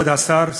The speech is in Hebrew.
כבוד השר,